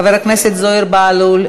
חבר הכנסת זוהיר בהלול,